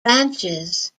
ranches